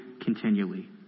continually